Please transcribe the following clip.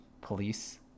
police